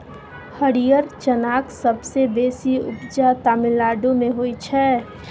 हरियर चनाक सबसँ बेसी उपजा तमिलनाडु मे होइ छै